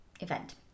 event